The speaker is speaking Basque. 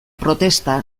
protesta